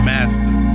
Master